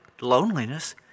loneliness